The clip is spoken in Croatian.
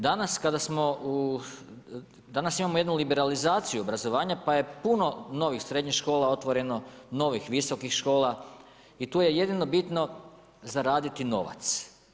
Danas, kada smo, danas imamo jednu liberalizaciju obrazovanja, pa je puno novih srednjih škola otvoreno, novih visokih škola i tu je jedino bitno zaraditi novac.